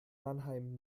mannheim